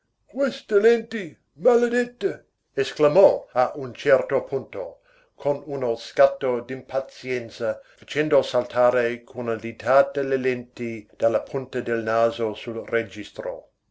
queste lenti maledette esclamò a un certo punto con uno scatto d'impazienza facendo saltare con una ditata le lenti dalla punta del naso sul registro